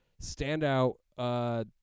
standout